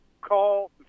call